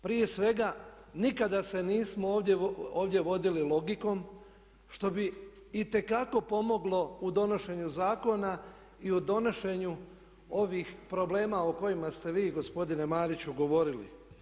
Prije svega nikada se nismo ovdje vodili logikom, što bi itekako pomoglo u donošenju zakona i u donošenju ovih problema o kojima ste vi gospodine Mariću govorili.